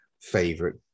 favorite